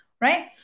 right